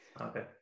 Okay